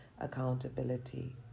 accountability